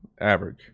average